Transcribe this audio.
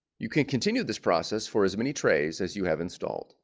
you can continue this process for his many trays as you have installed